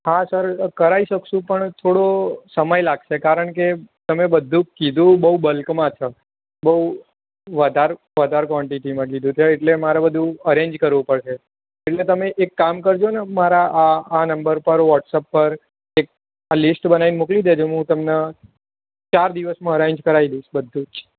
હા સર કરાવી શકીશું પણ થોડો સમય લાગશે કારણ કે તમેં બધું જ કીધું બહુ બલ્કમાં છ બહુ વધાર વધાર કોન્ટીટીમાં કીધું છે એટલે અમારે બધું અરેન્જ કરવું પડશે એટલે તમે એક કામ કરજોને મારા આ નંબર પર વોટ્સઅપ પર એક લીસ્ટ બનાવીને મોકલી દેજો હું તમને ચાર દિવસમાં અરેન્જ કરાવી દઈશ બધું જ